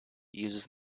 uses